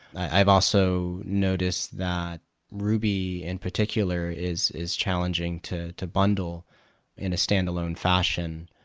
i've also noticed that ruby in particular is is challenging to to bundle in a standalone fashion,